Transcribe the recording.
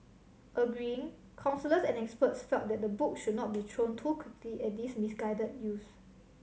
agreeing counsellors and experts felt that the book should not be thrown too quickly at these misguided youths